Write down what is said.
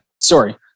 Sorry